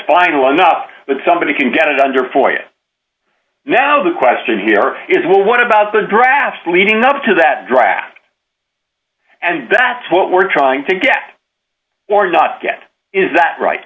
final enough that somebody can get it under for it now the question here is well what about the drafts leading up to that draft and that's what we're trying to get or not get is that right